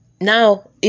now